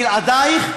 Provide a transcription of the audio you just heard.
בלעדייך,